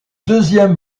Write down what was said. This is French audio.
deuxième